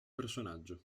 personaggio